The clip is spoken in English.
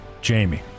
Jamie